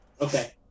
Okay